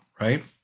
right